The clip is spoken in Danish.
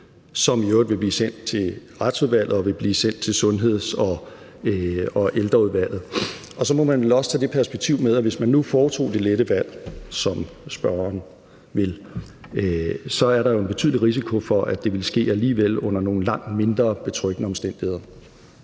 som i øvrigt vil blive sendt til Retsudvalget og vil blive sendt til Sundheds- og Ældreudvalget. Så må man vel også tage det perspektiv med, at der, hvis man nu foretog det lette valg, som spørgeren vil, jo så er en betydelig risiko for, at det vil ske alligevel under nogle langt mindre betryggende omstændigheder.